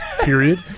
period